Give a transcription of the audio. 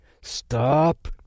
stop